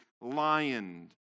lion